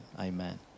Amen